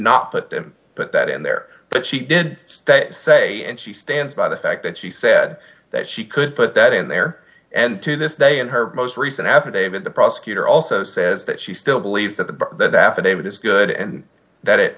not put them but that in there but she did say and she stands by the fact that she said that she could put that in there and to this day in her most recent affidavit the prosecutor also says that she still believes that the that affidavit is good and that it